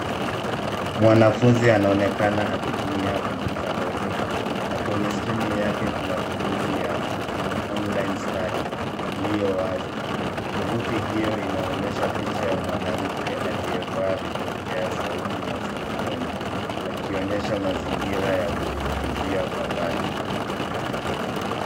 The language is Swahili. Mwanafunzi anaonekana akitumia kompyuta ndogo na Kwenye skrini yake kuna tuvuti ya [cs ] online studies[cs ] iliyo wazi. Tuvuti hiyo inaonyesha picha ya mwanamke aliyevaa vipokea sauti maskioni akionyesha mazingira ya kujifunzia kwa mbali.